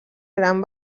gran